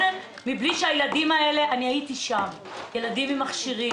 אני הייתי שם, אני ראיתי שם ילדים עם מכשירים,